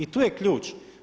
I tu je ključ.